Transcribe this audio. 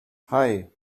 hei